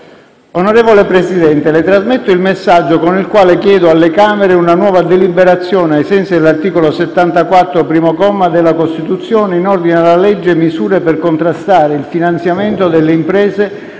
Onorevole Presidente, Le trasmetto il messaggio con il quale chiedo alle Camere una nuova deliberazione, ai sensi dell'articolo 74, primo comma, della Costituzione, in ordine alla legge: "Misure per contrastare il finanziamento delle imprese